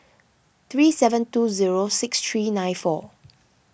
three seven two zero six three nine four